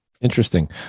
Interesting